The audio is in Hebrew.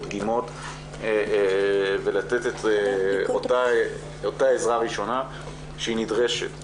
דגימות ולתת את אותה עזרה ראשונה שנדרשת.